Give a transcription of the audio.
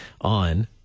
on